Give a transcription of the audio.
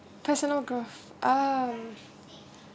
personal growth oh